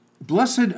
Blessed